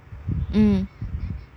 mm